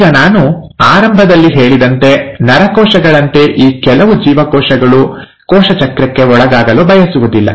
ಈಗ ನಾನು ಆರಂಭದಲ್ಲಿ ಹೇಳಿದಂತೆ ನರಕೋಶಗಳಂತೆ ಈ ಕೆಲವು ಜೀವಕೋಶಗಳು ಕೋಶ ಚಕ್ರಕ್ಕೆ ಒಳಗಾಗಲು ಬಯಸುವುದಿಲ್ಲ